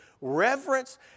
reverence